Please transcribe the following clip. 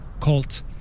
cult